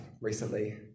recently